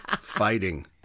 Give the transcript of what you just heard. fighting